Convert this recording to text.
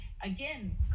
again